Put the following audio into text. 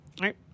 right